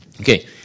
Okay